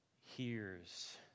hears